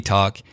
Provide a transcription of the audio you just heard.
Talk